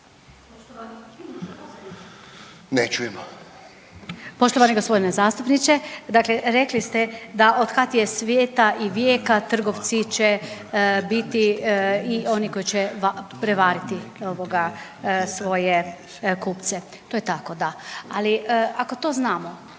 (SDP)** Poštovani gospodine zastupniče, dakle rekli ste da od kad je svijeta i vijeka trgovci će biti i oni koji će prevariti svoje kupce. To je tako, da. Ali ako to znamo